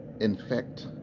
infect